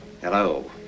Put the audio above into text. Hello